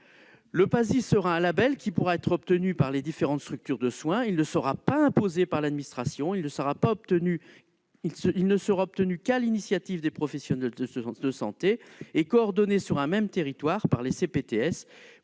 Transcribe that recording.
Le PASI sera un label qui pourra être obtenu par les différentes structures de soins. Il ne sera pas imposé par l'administration. Il ne sera obtenu que sur l'initiative des professionnels de santé et coordonné sur un même territoire par les CPTS,